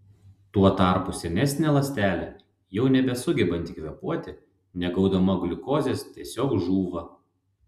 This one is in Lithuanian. tuo tarpu senesnė ląstelė jau nebesugebanti kvėpuoti negaudama gliukozės tiesiog žūva